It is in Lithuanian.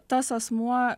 tas asmuo